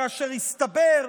כאשר הסתבר,